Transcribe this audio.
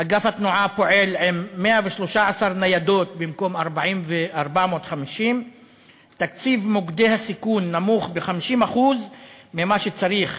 אגף התנועה פועל עם 113 ניידות במקום 450. תקציב מוקדי הסיכון נמוך ב-50% ממה שצריך,